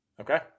okay